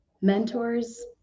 mentors